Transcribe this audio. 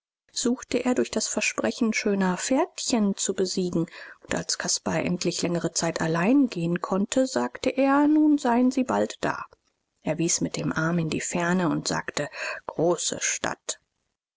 suchte er durch das versprechen schöner pferdchen zu besiegen und als caspar endlich längere zeit allein gehen konnte sagte er nun seien sie bald da er wies mit dem arm in die ferne und sagte große stadt